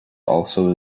also